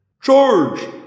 Charge